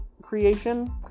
creation